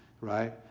Right